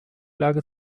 lage